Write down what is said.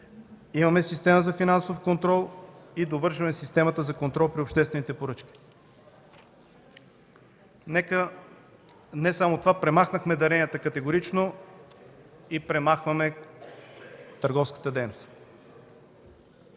Имаме система за финансов контрол и довършваме системата за контрол при обществените поръчки. Не само това, премахнахме даренията категорично и премахваме търговската дейност.